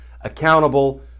accountable